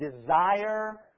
desire